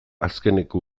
azkeneko